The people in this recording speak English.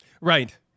Right